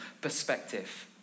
perspective